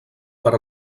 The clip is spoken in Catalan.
per